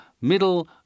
Middle